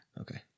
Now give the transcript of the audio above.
Okay